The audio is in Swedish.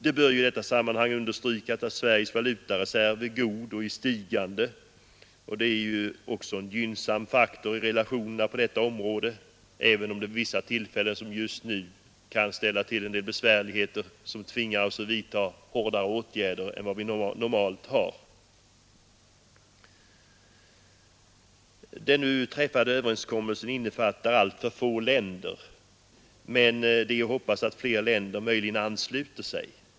Det bör i detta sammanhang understrykas att Sveriges valutareserv är god och i stigande, och det är ju också en gynnsam faktor i relationerna på detta område, även om det vid vissa tillfällen som just nu kan ställa till en del besvärligheter, som tvingar oss att vidta hårdare åtgärder än normalt. Den nu träffade överenskommelsen innefattar alltför få länder, men Nr 49 det är att hoppas att flera länder möjligen ansluter sig.